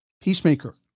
peacemaker